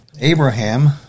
Abraham